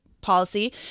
policy